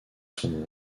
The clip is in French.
son